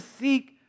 seek